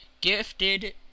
gifted